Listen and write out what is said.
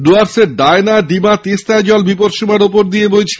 ডুয়ার্সের ডায়না ডিমা তিস্তায় জল বিপদসীমার ওপর দিয়ে বইছে